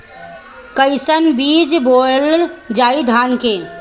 कईसन बीज बोअल जाई धान के?